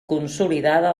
consolidada